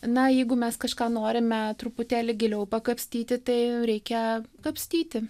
na jeigu mes kažką norime truputėlį giliau pakapstyti tai reikia kapstyti